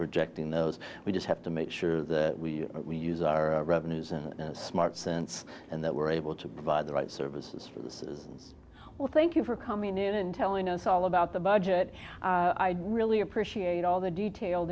projecting those we just have to make sure that we use our revenues and smart since and that we're able to provide the right services for this is well thank you for coming in and telling us all about the budget i'd really appreciate all the detailed